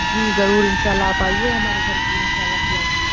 جی ضرور ان شااللہ آپ آئیے ہمارے گھر پہ ان شااللہ کھلائیں گے